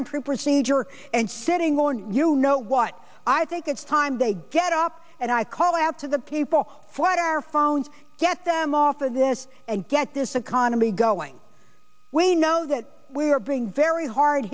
parliamentary procedure and sitting on you know what i think it's time they get up and i call out to the people want our phones get them off of this and get this economy going we know that we are being very hard